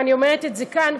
ואני אומרת את זה כאן,